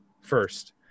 first